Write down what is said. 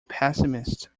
pessimist